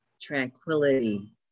tranquility